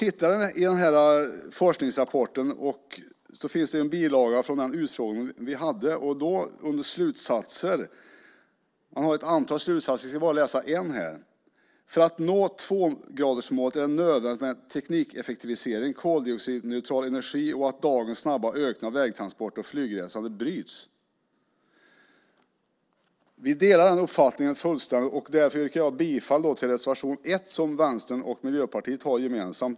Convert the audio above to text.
I den här forskningsrapporten finns det en bilaga från den utfrågning vi hade. Man kom fram till ett antal slutsatser. Jag ska bara läsa en: "För att nå tvågradersmålet är det nödvändigt med teknikeffektivisering, koldioxidneutral energi och att dagens snabba ökning av vägtransporter och flygresande bryts." Vi delar den uppfattningen, och därför yrkar jag bifall till reservation 1 som Vänstern och Miljöpartiet har gemensamt.